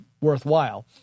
worthwhile